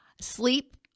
Sleep